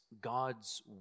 God's